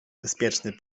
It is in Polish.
bezpieczny